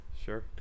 sure